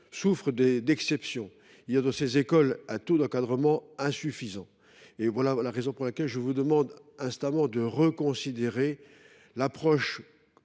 souffrent d’exceptions. Il y a, dans ces écoles, un taux d’encadrement insuffisant. C’est la raison pour laquelle je vous demande instamment de reconsidérer l’approche